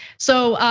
so,